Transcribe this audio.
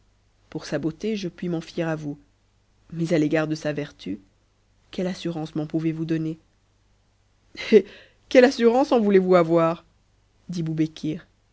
pour sa beauté je puis m'en fier à vous mais a l'égard de sa vertu quelles assurances m'en pouvez-vous donner eh quelle assurance en voulez-vous avoir dit